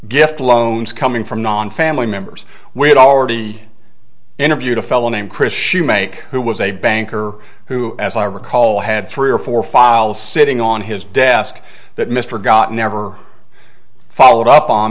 gift loans coming from non family members we had already interviewed a fellow named chris hsu make who was a banker who as i recall had three or four files sitting on his desk that mr got never followed up on